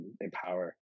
empower